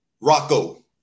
Rocco